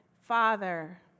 father